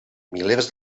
milers